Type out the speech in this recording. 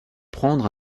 prendre